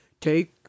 Take